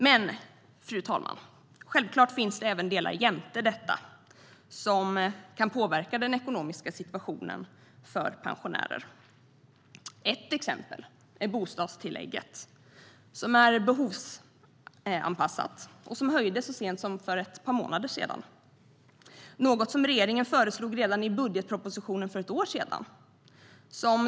Men, fru talman, självklart finns det även delar jämte detta som kan påverka den ekonomiska situationen för pensionärer. Ett exempel är bostadstillägget som är behovsanpassat och som höjdes så sent som för ett par månader sedan, något som regeringen föreslog redan i budgetpropositionen för ett år sedan.